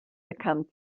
become